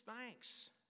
thanks